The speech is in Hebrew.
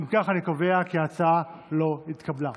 אם כך, אני קובע כי ההצעה לא התקבלה.